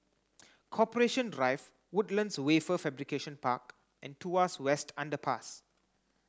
Corporation Drive Woodlands Wafer Fabrication Park and Tuas West Underpass